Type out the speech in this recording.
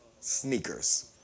sneakers